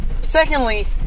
Secondly